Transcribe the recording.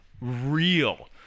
real